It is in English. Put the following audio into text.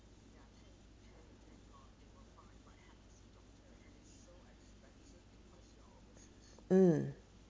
mm